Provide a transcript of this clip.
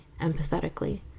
empathetically